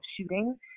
shooting